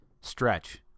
Stretch